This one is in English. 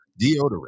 deodorant